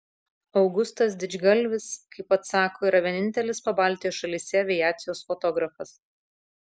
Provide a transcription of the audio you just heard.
augustas didžgalvis kaip pats sako yra vienintelis pabaltijo šalyse aviacijos fotografas